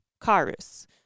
carus